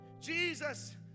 Jesus